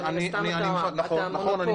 נכון.